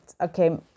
okay